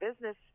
business